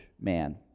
man